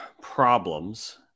problems